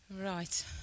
Right